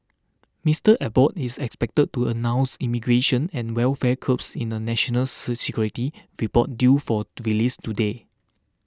Mister Abbott is expected to announce immigration and welfare curbs in a national security report due for release today